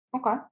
okay